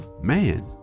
man